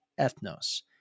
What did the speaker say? ethnos